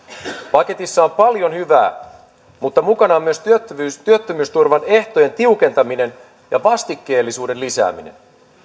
paketissa on paljon hyvää mutta mukana on myös työttömyysturvan ehtojen tiukentaminen ja vastikkeellisuuden lisääminen